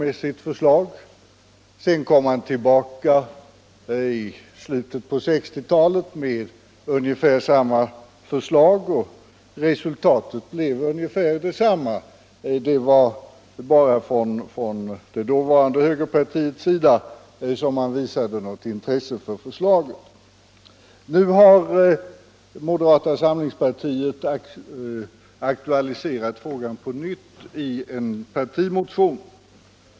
Sedan kom man tillbaka i slutet av 1960-talet med ungefär samma förslag, och resultatet blev ungefär detsamma. Det var bara från det dåvarande högerpartiets sida som det visades något intresse för förslaget. Nu har moderata samlingspartiet aktualiserat frågan på nytt i en partimotion.